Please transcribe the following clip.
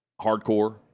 hardcore